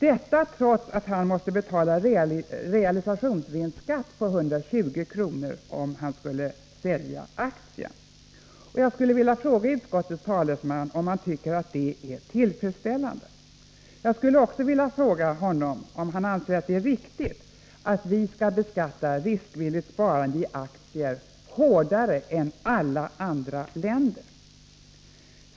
— detta trots att han måste betala realisationsvinstskatt på 120 kr., om han skulle sälja aktien. Jag skulle vilja fråga utskottets talesman, om han tycker att det är tillfredsställande. Jag skulle också vilja fråga honom, om han anser att det är riktigt att vi skall beskatta riskvilligt sparande i aktier hårdare än alla andra länder gör.